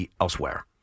elsewhere